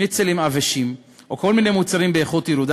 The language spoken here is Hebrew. שניצלים עבשים או כל מיני מוצרים באיכות ירודה,